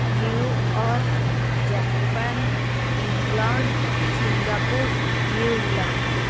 New York Japan England Singapore New Zealand